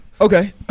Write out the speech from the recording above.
Okay